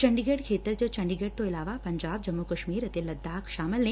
ਚੰਡੀਗੜ ਖੇਤਰ ਚ ਚੰਡੀਗੜ ਤੋ ਇਲਾਵਾ ਪੰਜਾਬ ਜੰਮੁ ਕਸ਼ਮੀਰ ਅਤੇ ਲੱਦਾਖ ਸ਼ਾਮਲ ਨੇ